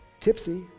Tipsy